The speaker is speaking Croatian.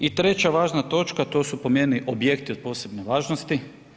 I treća važna točka, to su po meni objekti od posebne važnosti.